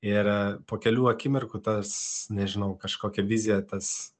ir po kelių akimirkų tas nežinau kažkokia vizija tas